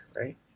right